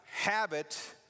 habit